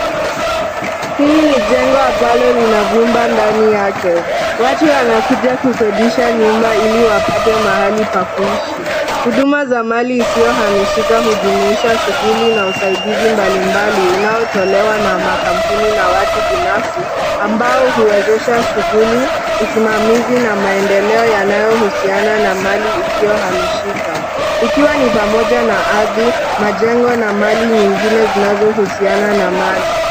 Hili ni jengo ambalo lina vyumba ndani yake. Watu wanakuja kukodisha nyumba ili wapate mahali pa kuishi. Huduma za mali isiohamishika hujumuisha shughuli na usaidizi mbalimbali unaotolewa na makampuni na watu binafsi, ambao huwezesha shughuli, usimamizi na maendeleo yanayohusiana na mali isiohamishika. Ikiwa ni pamoja na ardhi, majengo na mali nyingine zinazohusiana na mali.